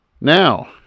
Now